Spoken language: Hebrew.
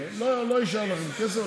ולא יישאר לכם כסף.